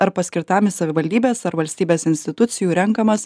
ar paskirtam į savivaldybės ar valstybės institucijų renkamas